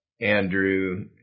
Andrew